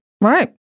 Right